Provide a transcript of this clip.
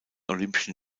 olympischen